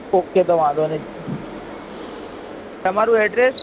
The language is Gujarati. ઓકે તો વાંધો નહીં તમારું ઍડ્રેસ